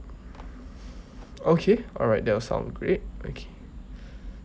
okay alright that will sound great okay